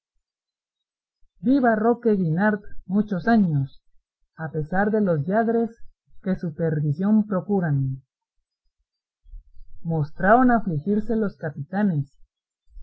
viva roque guinart muchos años a pesar de los lladres que su perdición procuran mostraron afligirse los capitanes